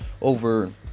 over